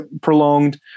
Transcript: prolonged